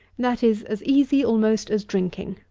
that is as easy almost as drinking.